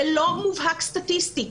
זה לא מבוהק סטטיסטית.